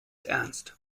ernst